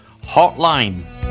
Hotline